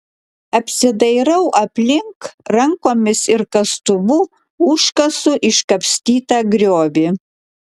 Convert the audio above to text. apsidairau aplink rankomis ir kastuvu užkasu iškapstytą griovį